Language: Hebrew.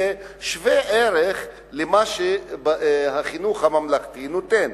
שווה-ערך למה שהחינוך הממלכתי נותן.